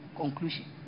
Conclusion